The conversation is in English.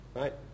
right